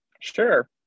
Sure